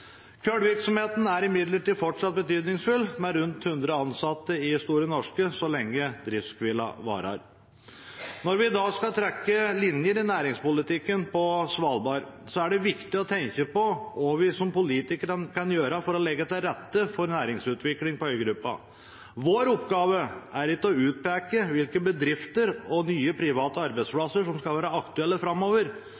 er imidlertid fortsatt betydningsfull, med rundt 100 ansatte i Store Norske, så lenge driftshvilen varer. Når vi da skal trekke linjer i næringspolitikken på Svalbard, er det viktig å tenke på hva vi som politikere kan gjøre for å legge til rette for næringsutvikling på øygruppa. Vår oppgave er ikke å utpeke hvilke bedrifter og nye private